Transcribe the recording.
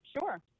sure